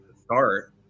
start